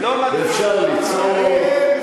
ואפשר לצעוק,